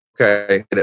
Okay